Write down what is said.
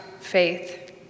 faith